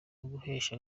uguhesha